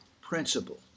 principle